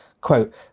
quote